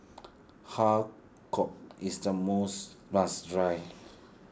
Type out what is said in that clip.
Har Kow is the most must try